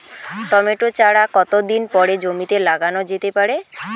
Tomato চারা কতো দিন পরে জমিতে লাগানো যেতে পারে?